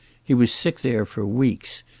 he was sick there for weeks,